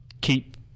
keep